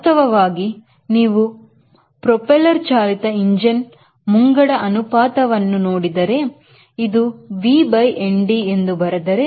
ವಾಸ್ತವವಾಗಿ ನೀವು ಪ್ರೊಫೈಲ್ ಚಾಲಿತ ಇಂಜನ್ ಮುಂಗಡ ಅನುಪಾತವನ್ನು ನೋಡಿದರೆ ಇದು V by nd ಎಂದು ಬರೆದರೆ